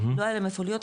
לא היה להם איפה להיות,